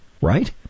right